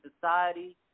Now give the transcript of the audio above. society